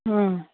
ꯎꯝ